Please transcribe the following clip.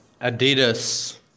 Adidas